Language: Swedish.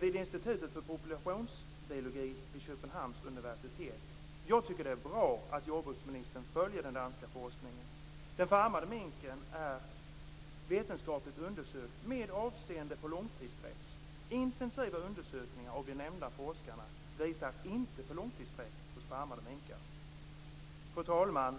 vid Institutet för populationsbiologi vid Köpenhamns universitet. Jag tycker att det är bra att jordbruksministern följer den danska forskningen. Den farmade minken är vetenskapligt undersökt med avseende på långtidsstress. Intensiva undersökningar av nämnda forskare visar inte på långtidsstress hos farmade minkar. Fru talman!